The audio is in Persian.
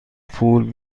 پول